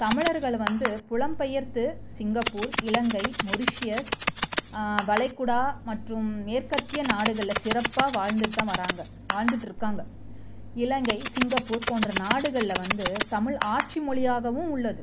தமிழர்கள் வந்து புலம்பெயர்த்து சிங்கப்பூர் இலங்கை முருஷியஸ் வளைகுடா மற்றும் மேற்கத்திய நாடுகளில் சிறப்பாக வாழ்ந்துட்தான் வராங்க வாழ்ந்துட்ருக்காங்க இலங்கை சிங்கப்பூர் போன்ற நாடுகளில் வந்து தமிழ் ஆட்சி மொழியாகவும் உள்ளது